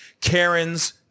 Karen's